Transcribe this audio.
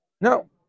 No